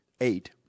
eight